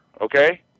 Okay